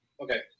Okay